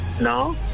No